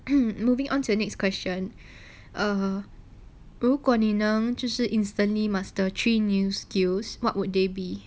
moving on to the next question um 如果你能 instantly master three new skills what would they be